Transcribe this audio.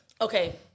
Okay